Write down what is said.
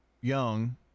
young